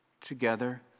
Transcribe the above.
together